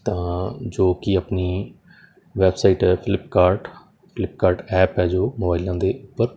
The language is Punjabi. ਤਾਂ ਜੋ ਕਿ ਆਪਣੀ ਵੈਬਸਾਈਟ ਹੈ ਫਲਿੱਪਕਾਰਡ ਫਲਿੱਪਕਾਰਟ ਐਪ ਹੈ ਜੋ ਮੋਬਾਇਲਾਂ ਦੇ ਉੱਪਰ